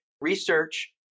research